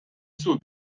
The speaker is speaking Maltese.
sur